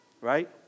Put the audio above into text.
right